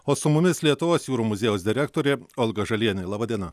o su mumis lietuvos jūrų muziejaus direktorė olga žalienė laba diena